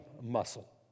muscle